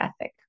ethic